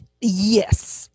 Yes